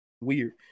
Weird